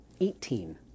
Eighteen